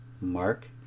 Mark